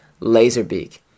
laserbeak